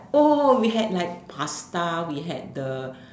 oh we had like pasta we had the